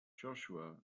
joshua